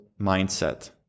mindset